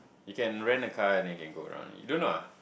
you can rent a car and then you can go around in it you don't know ah